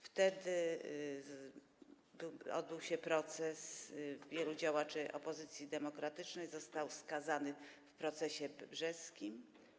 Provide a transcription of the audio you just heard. Wtedy odbył się proces wielu działaczy opozycji demokratycznej, Witos został skazany w procesie brzeskim.